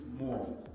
more